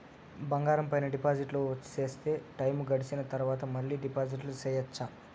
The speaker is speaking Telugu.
బంగారం పైన డిపాజిట్లు సేస్తే, టైము గడిసిన తరవాత, మళ్ళీ డిపాజిట్లు సెయొచ్చా?